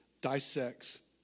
dissects